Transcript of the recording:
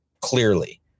clearly